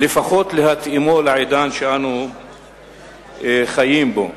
לפחות להתאימו לעידן שאנו חיים בו.